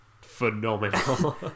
phenomenal